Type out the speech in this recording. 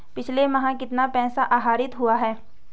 पिछले माह कितना पैसा आहरित हुआ है?